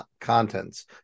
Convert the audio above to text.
contents